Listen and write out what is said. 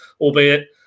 albeit